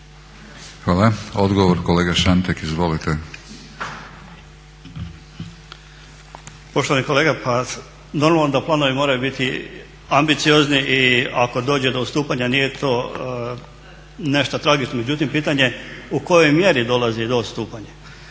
Hvala. Odgovor kolega Šantek. Izvolite. **Šantek, Ivan (HDZ)** Poštovani kolega pa normalno da planovi moraju biti ambiciozni i ako dođe do odstupanja nije to nešto tragično. Međutim pitanje u kojoj mjeri dolazi do odstupanja.